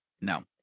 No